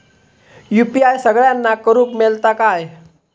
UPI सगळ्यांना करुक मेलता काय?